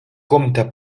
comte